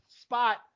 spot